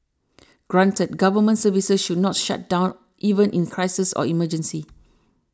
granted government services should not shut down even in crises or emergencies